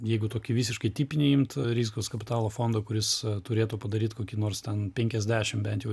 jeigu tokį visiškai tipinį imt rizikos kapitalo fondą kuris turėtų padaryt kokį nors ten penkiasdešim bent jau